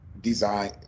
design